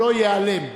שלא ייעלם,